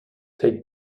take